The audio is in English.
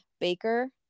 Baker